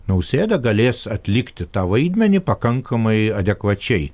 nausėda galės atlikti tą vaidmenį pakankamai adekvačiai